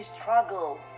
struggle